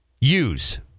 use